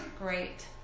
great